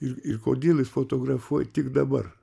ir ir kodėl jis fotografuoja tik dabar